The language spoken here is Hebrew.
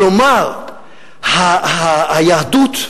כלומר, היהדות,